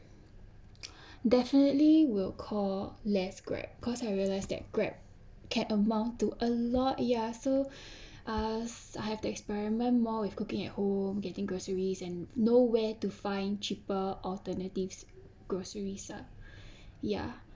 definitely will call less Grab because I realize that Grab can amount to a lot ya so uh I have the experiment more with cooking at home getting groceries and know where to find cheaper alternatives groceries ah ya